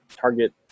target